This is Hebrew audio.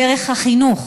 דרך החינוך.